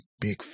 big